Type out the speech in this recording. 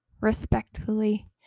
respectfully